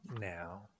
now